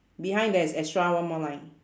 behind there's extra one more line